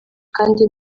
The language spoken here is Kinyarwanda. kandi